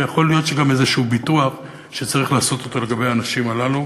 ויכול להיות שגם איזשהו ביטוח שצריך לעשות אותו לגבי האנשים הללו.